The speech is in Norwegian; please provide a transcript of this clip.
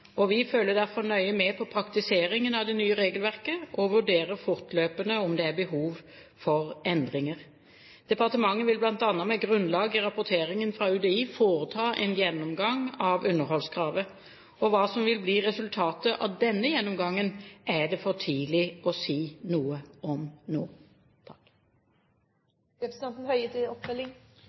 Vi følger derfor nøye med på praktiseringen av det nye regelverket og vurderer fortløpende om det er behov for endringer. Departementet vil bl.a. med grunnlag i rapporteringen fra UDI foreta en gjennomgang av underholdskravet. Hva som vil bli resultatet av denne gjennomgangen, er det for tidlig å si noe om nå.